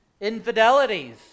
infidelities